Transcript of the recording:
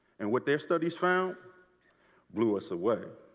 and what their studies found blew us away.